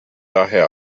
daher